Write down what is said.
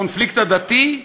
הקונפליקט הדתי,